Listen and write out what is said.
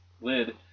lid